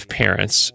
parents